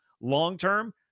Long-term